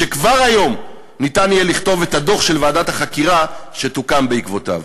שכבר היום אפשר לכתוב את הדוח של ועדת החקירה שתוקם בעקבותיו.